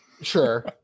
sure